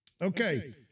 Okay